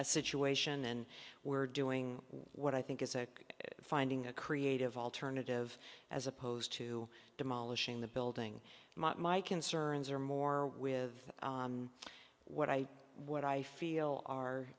a situation and we're doing what i think it's like finding a creative alternative as opposed to demolishing the building my concerns are more with what i what i feel are